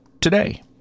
today